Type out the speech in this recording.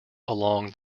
along